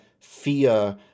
fear